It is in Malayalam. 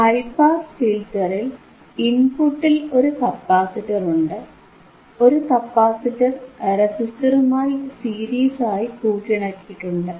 ഹൈ പാസ് ഫിൽറ്ററിൽ ഇൻപുട്ടിൽ ഒരു കപ്പാസിറ്റർ ഉണ്ട് ഒരു കപ്പാസിറ്റർ റെസിസ്റ്ററുമായി സീരീസ് ആയി കൂട്ടിയിണക്കിയിട്ടുണ്ട്